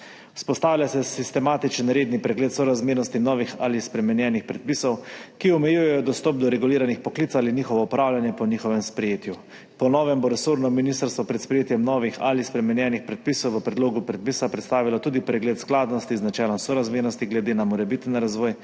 Vzpostavlja se sistematičen redni pregled sorazmernosti novih ali spremenjenih predpisov, ki omejujejo dostop do reguliranih poklicev ali njihovo upravljanje po njihovem sprejetju. Po novem bo resorno ministrstvo pred sprejetjem novih ali spremenjenih predpisov v predlogu predpisa predstavilo tudi pregled skladnosti z načelom sorazmernosti glede na morebiten razvoj